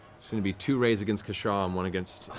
it's going to be two rays against kashaw and one against